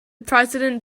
president